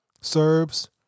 Serbs